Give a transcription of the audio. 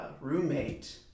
roommate